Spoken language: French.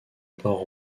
port